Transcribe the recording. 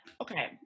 Okay